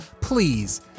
please